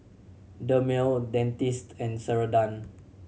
Dermale Dentiste and Ceradan